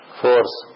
force